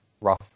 rough